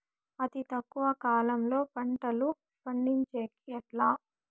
అతి తక్కువ కాలంలో పంటలు పండించేకి ఎట్లా?